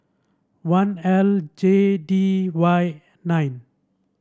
one L J D Y nine